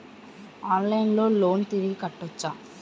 ఆన్లైన్లో లోన్ తిరిగి కట్టోచ్చా?